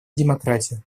демократию